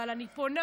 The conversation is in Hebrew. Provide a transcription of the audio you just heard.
אבל אני פונה